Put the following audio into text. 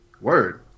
Word